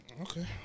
Okay